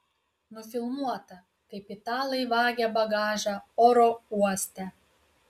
nufilmuota kaip italai vagia bagažą oro uoste